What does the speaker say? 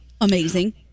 amazing